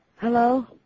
Hello